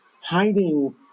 hiding